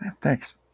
thanks